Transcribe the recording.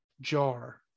jar